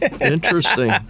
Interesting